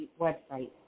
website